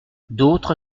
d’autres